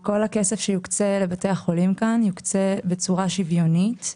כל הכסף שיוקצה לבתי החולים כאן יוקצה בצורה שוויונית.